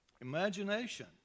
Imagination